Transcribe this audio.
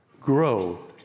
grow